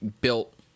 built